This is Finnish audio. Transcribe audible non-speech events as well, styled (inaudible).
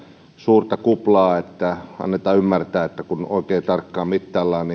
suurta kuplaa niin että annetaan ymmärtää että kun oikein tarkkaan mittaillaan (unintelligible)